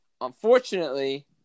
Unfortunately